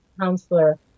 counselor